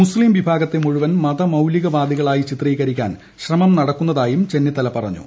മുസ്തീം വിഭാഗത്തെ മുഴുവൻ മത മൌലികവാദികളായി ചിത്രീകരിക്കാൻ ശ്രമം നടക്കുന്നതായും ചെന്നിത്തല പറഞ്ഞു